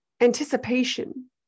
anticipation